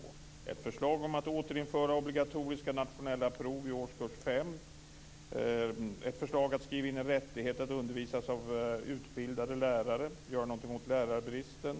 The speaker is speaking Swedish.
Det handlar om förslag om att återinföra obligatoriska nationella prov i årskurs fem, om att skriva in en rättighet att undervisas av utbildade lärare och om att göra något åt lärarbristen.